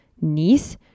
niece